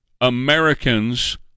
Americans